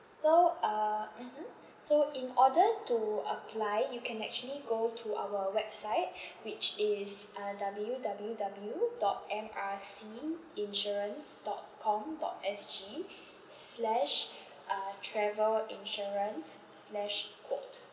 so uh mmhmm so in order to apply you can actually go to our website which is uh W W W dot M R C insurance dot com dot S_G slash uh travel insurance slash quote